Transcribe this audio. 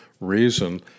reason